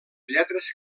lletres